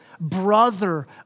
brother